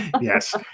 Yes